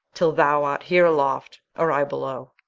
till thou art here aloft, or i below.